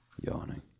yawning